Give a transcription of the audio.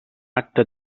acte